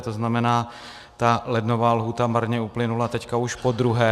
To znamená, ta lednová lhůta marně uplynula teď už podruhé.